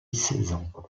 saison